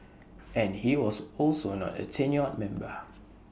and he was also not A tenured member